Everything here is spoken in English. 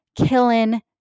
killing